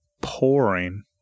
pouring